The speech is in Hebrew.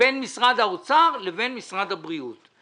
בין משרד האוצר לבין משרד הבריאות.